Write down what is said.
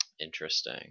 Interesting